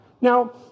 now